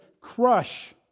crush